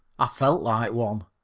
i felt like one.